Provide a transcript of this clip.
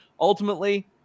ultimately